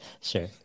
Sure